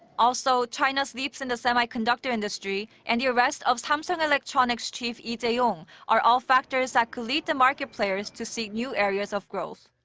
also, china's leaps in the semiconductor industry, and the arrest of samsung electronics' chief lee jae-yong are all factors that could lead the market players to seek new areas of growth.